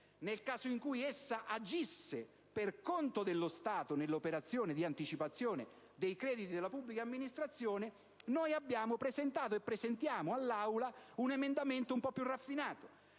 nel caso in cui essa agisse per conto dello Stato nell'operazione di anticipazione dei crediti della pubblica amministrazione, noi abbiamo presentato un emendamento un po' più raffinato